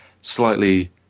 slightly